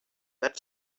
that